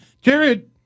Jared